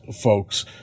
folks